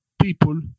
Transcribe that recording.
people